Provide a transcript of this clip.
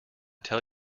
tell